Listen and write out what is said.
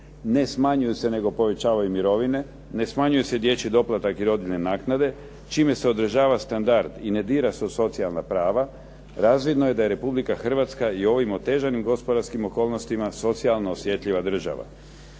ne smanjuju se nego povećavaju mirovine, ne smanjuju se dječji doplatak i rodiljne naknade, čime se održava standard i ne dira se u socijalna prava, razvidno je da je Republika Hrvatska i u ovim otežanim gospodarskim okolnostima socijalno osjetljiva država,